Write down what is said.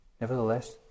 Nevertheless